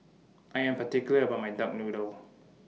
I Am particular about My Duck Noodle